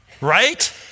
Right